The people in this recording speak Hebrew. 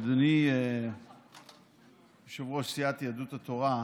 אדוני יושב-ראש סיעת יהדות התורה,